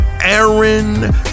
Aaron